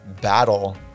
battle